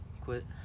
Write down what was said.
quit